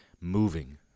moving